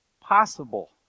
possible